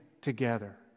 together